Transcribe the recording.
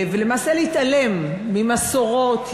ולמעשה להתעלם ממסורות יפות,